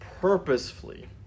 purposefully